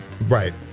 Right